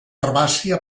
herbàcia